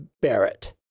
Barrett